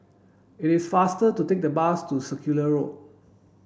it is faster to take the bus to Circular Road